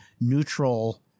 neutral